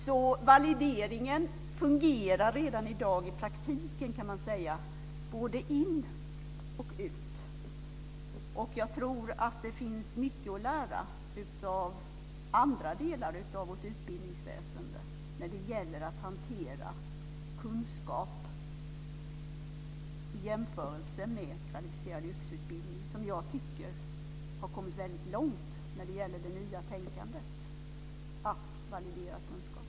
Så valideringen fungerar redan i dag i praktiken, kan man säga, både för de som ska in och de som ska ut. Jag tror att det finns mycket att lära för andra delar av vårt utbildningsväsende när det gäller hanteringen av kunskap inom den kvalificerade yrkesutbildningen, som jag tycker har kommit väldigt långt när det gäller det nya tänkandet i fråga om att validera kunskap.